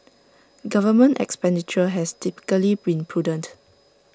government expenditure has typically been prudent